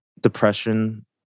depression